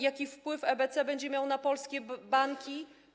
Jaki wpływ EBC będzie miało na polskie banki?